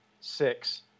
six